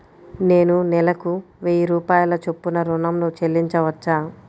నేను నెలకు వెయ్యి రూపాయల చొప్పున ఋణం ను చెల్లించవచ్చా?